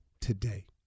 today